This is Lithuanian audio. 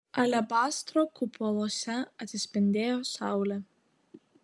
alebastro kupoluose atsispindėjo saulė